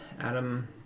Adam